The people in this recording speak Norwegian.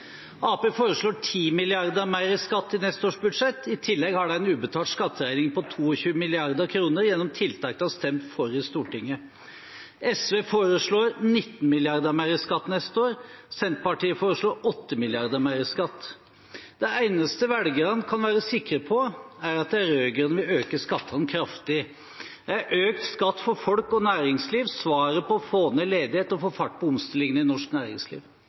Arbeiderpartiet foreslår 10 mrd. kr mer i skatt i neste års budsjett, og i tillegg har de en ubetalt skatteregning på 22 mrd. kr gjennom tiltak de har stemt for i Stortinget. SV foreslår 19 mrd. kr mer i skatt til neste år, og Senterpartiet foreslår 8 mrd. kr mer i skatt. Det eneste velgerne kan være sikre på, er at de rød-grønne vil øke skattene kraftig. Er økt skatt for folk og næringsliv svaret på å få ned ledigheten og få fart på omstillingen i norsk næringsliv?